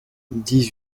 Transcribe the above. dix